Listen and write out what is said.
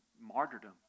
martyrdom